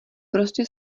prostě